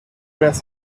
means